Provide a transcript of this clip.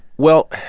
well,